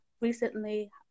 recently